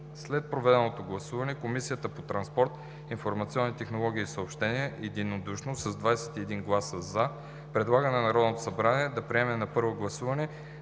След проведеното гласуване, Комисията по транспорт, информационни технологии и съобщения, единодушно с 21 гласа “за” предлага на Народното събрание да приеме на първо гласуване